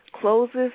closes